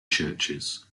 churches